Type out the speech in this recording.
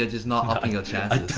ah just not upping your chances.